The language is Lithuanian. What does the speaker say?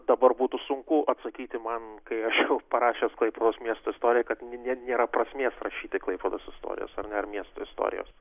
dabar būtų sunku atsakyti man kai aš jau parašęs klaipėdos miesto istoriją kad ne nėra prasmės rašyti klaipėdos istorijos ar ne ar miestų istorijos